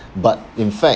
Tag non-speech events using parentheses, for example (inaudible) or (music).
(breath) but in fact